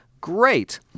great